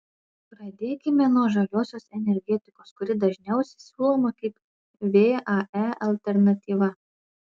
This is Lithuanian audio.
pradėkime nuo žaliosios energetikos kuri dažniausiai siūloma kaip vae alternatyva